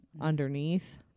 underneath